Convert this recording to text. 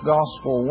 Gospel